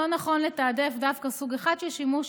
לא נכון לתעדף דווקא סוג אחד של שימוש